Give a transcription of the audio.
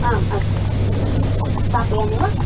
आम् अस्तु स्थापयामि वा